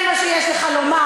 שאם היו חוגגים לנתניהו,